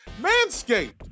Manscaped